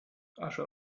asche